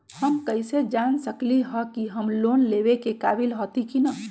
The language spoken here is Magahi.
हम कईसे जान सकली ह कि हम लोन लेवे के काबिल हती कि न?